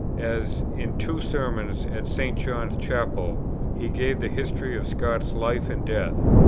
as in two sermons at st. john's chapel he gave the history of scott's life and death.